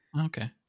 okay